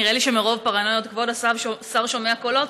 נדמה לי שמרוב פרנויות כבוד השר שומע קולות,